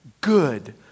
good